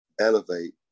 elevate